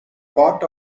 part